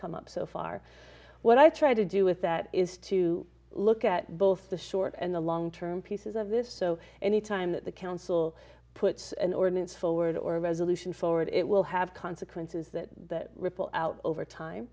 come up so far what i try to do with that is to look at both the short and the long term pieces of this so any time that the council puts an ordinance forward or a resolution forward it will have consequences that ripple out over time